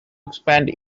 expand